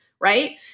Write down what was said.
Right